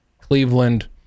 Cleveland